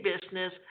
business